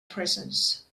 prisons